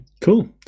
Cool